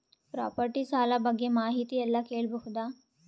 Property ಸಾಲ ಬಗ್ಗೆ ಮಾಹಿತಿ ಎಲ್ಲ ಕೇಳಬಹುದು?